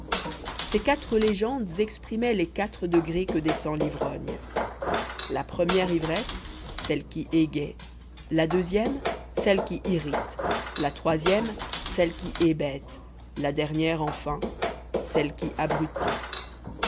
ces quatre légendes exprimaient les quatre degrés que descend l'ivrogne la première ivresse celle qui égaye la deuxième celle qui irrite la troisième celle qui hébète la dernière enfin celle qui abrutit